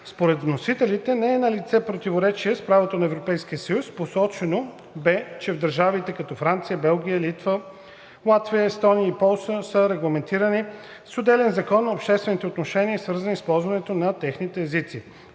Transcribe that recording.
Според вносителите не е налице противоречие с правото на Европейския съюз. Посочено бе, че в държави като Франция, Белгия, Литва, Латвия, Естония и Полша са регламентирали с отделен закон обществени отношения, свързани с използването на техните езици.